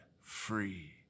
free